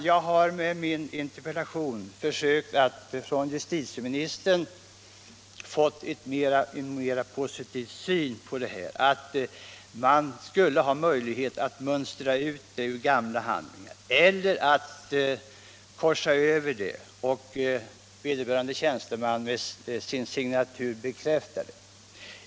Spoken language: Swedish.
Jag har med min interpellation försökt att från justitieministern få en mera positiv syn på möjligheten att mönstra ut detta ord ur gamla handlingar, eller att korsa över det och låta vederbörande tjänsteman med sin signatur bekräfta åtgärden.